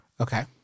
Okay